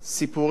סיפורים.